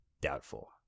Doubtful